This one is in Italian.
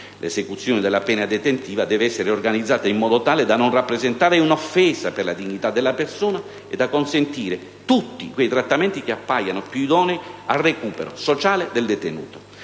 l'esecuzione della pena detentiva deve essere organizzata in modo tale da non rappresentare un'offesa per la dignità della persona e da consentire tutti quei trattamenti che appaiano più idonei al recupero sociale del detenuto.